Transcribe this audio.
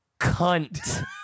Cunt